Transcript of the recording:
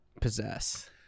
possess